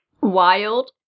Wild